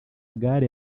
gare